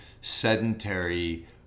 sedentary